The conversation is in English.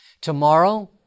Tomorrow